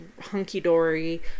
hunky-dory